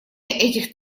этих